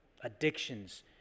addictions